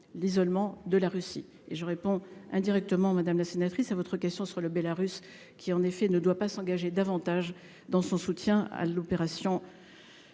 l'isolement de cette dernière. J'ai répondu indirectement, madame la sénatrice, à votre question sur le Bélarus, lequel, en effet, ne doit pas s'engager davantage dans son soutien à l'opération